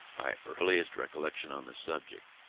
my earliest recollection on the subject,